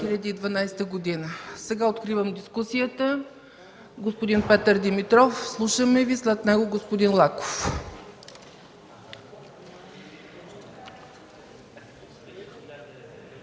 Сега откривам дискусията. Господин Петър Димитров, слушаме Ви, а след него господин Лаков.